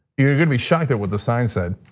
you're gonna be shocked with the sign said,